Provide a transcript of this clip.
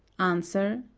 answer.